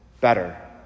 Better